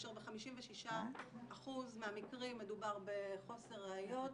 כאשר ב-56% מהמקרים מדובר בחוסר ראיות,